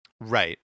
right